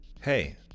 Hey